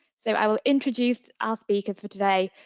so i will introduce our speakers for today.